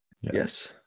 Yes